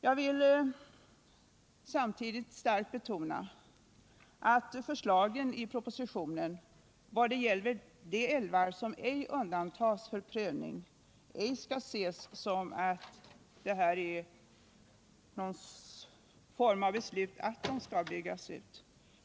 Jag vill samtidigt starkt betona att förslagen i propositionen i vad det gäller de älvar som ej undantages från prövning inte skall uppfattas så att dessa älvar skall byggas ut.